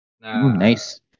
Nice